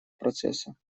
процесса